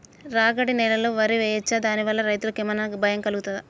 రాగడి నేలలో వరి వేయచ్చా దాని వల్ల రైతులకు ఏమన్నా భయం కలుగుతదా?